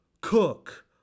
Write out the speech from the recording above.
Cook